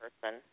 person